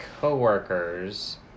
coworkers